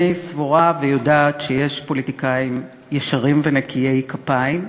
אני סבורה ויודעת שיש פוליטיקאים ישרים ונקיי כפיים,